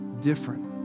different